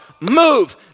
move